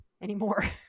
anymore